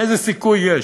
איזה סיכוי יש?